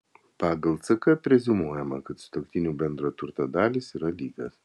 pagal ck preziumuojama kad sutuoktinių bendro turto dalys yra lygios